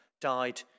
died